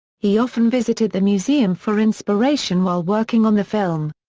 he often visited the museum for inspiration while working on the film.